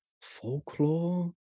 Folklore